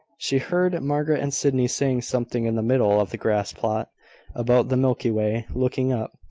she heard margaret and sydney saying something in the middle of the grass-plot about the milky way looking up,